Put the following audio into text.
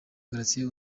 gratien